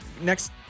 Next